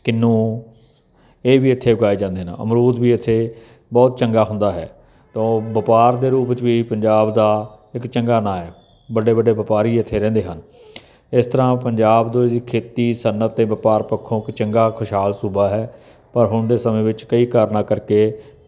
ਕਿਨੂੰ ਇਹ ਵੀ ਇੱਥੇ ਉਗਾਏ ਜਾਂਦੇ ਨੇ ਅਮਰੂਦ ਵੀ ਇੱਥੇ ਬਹੁਤ ਚੰਗਾ ਹੁੰਦਾ ਹੈ ਤਾਂ ਉਹ ਵਪਾਰ ਦੇ ਰੂਪ ਵਿੱਚ ਵੀ ਪੰਜਾਬ ਦਾ ਇੱਕ ਚੰਗਾ ਨਾਂ ਹੈ ਵੱਡੇ ਵੱਡੇ ਵਪਾਰੀ ਇੱਥੇ ਰਹਿੰਦੇ ਹਨ ਇਸ ਤਰ੍ਹਾਂ ਪੰਜਾਬ ਦੀ ਖੇਤੀ ਸੰਨਤ ਅਤੇ ਵਪਾਰ ਪੱਖੋਂ ਚੰਗਾ ਖੁਸ਼ਹਾਲ ਸੂਬਾ ਹੈ ਪਰ ਹੁਣ ਦੇ ਸਮੇਂ ਵਿੱਚ ਕਈ ਕਾਰਨਾਂ ਕਰਕੇ